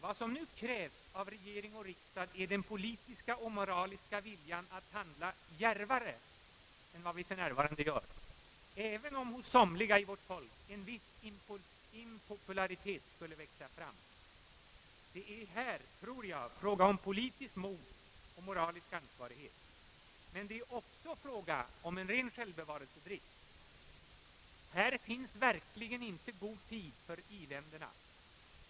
Vad som nu krävs av regering och riksdag är den politiska och moraliska viljan att handla djärvare än vad vi för närvarande gör, även om hos somliga i vårt folk en vis impopularitet skulle växa fram, Det är här, tror jag, fråga om politiskt mod och moralisk ansva righet, men det är också fråga om en ren självbevarelsedrift. Här finns verkligen inte god tid för i-länderna.